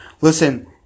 Listen